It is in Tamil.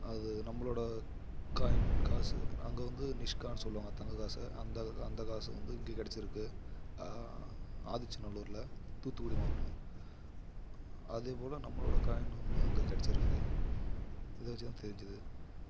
அது நம்மளோட காயின் காசு அங்கே வந்து நிஷ்கானு சொல்லுவாங்க தங்க காசை அந்த அந்த காசு வந்து இங்கே கிடச்சிருக்கு ஆதிச்சநல்லூரில் தூத்துக்குடி மாவட்டம் அதேபோல நம்மளோட காயின் ஒன்று அங்கே கிடச்சிருக்கு அதை வச்சுதான் தெரிஞ்சது